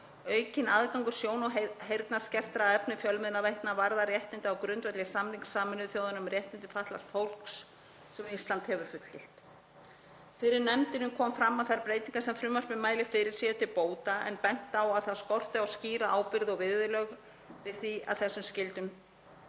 Aukinn aðgangur sjón- og heyrnarskertra að efni fjölmiðlaveitna varðar réttindi á grundvelli samnings Sameinuðu þjóðanna um réttindi fatlaðs fólks sem Ísland hefur fullgilt. Fyrir nefndinni kom fram að þær breytingar sem frumvarpið mæli fyrir um séu til bóta en bent á að það skorti á skýra ábyrgð og viðurlög við því ef þessum skyldum